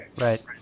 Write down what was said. right